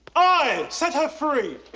aye! set her free!